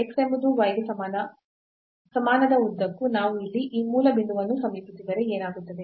x ಎಂಬುದು y ಗೆ ಸಮಾನದ ಉದ್ದಕ್ಕೂ ನಾವು ಇಲ್ಲಿ ಈ ಮೂಲ ಬಿಂದುವನ್ನು ಸಮೀಪಿಸಿದರೆ ಏನಾಗುತ್ತದೆ